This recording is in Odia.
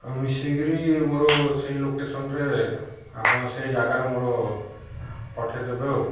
ମିଶିକିରି ମୋର ସେଇ ଲୋକେସନରେ ଆପଣ ସେଇ ଜାଗାରେ ମୋର ପଠେଇଦବେ ଆଉ